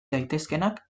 daitezkeenak